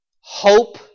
hope